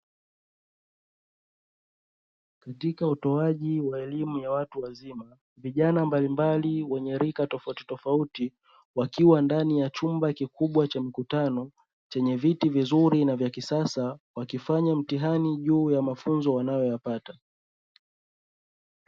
Katika utoaji wa elimu ya watu wazima vijana mbalimbali wenye rika tofautitofauti, wakiwa ndani ya chumba kikubwa cha mikutano chenye viti vizuri na vya kisasa, wakifanya mtihani juu ya mafunzo wanayoyapata.